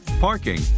parking